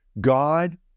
God